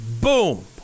Boom